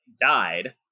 died